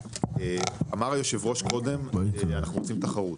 אמר היושב ראש קודם שאנחנו רוצים תחרות,